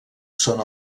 són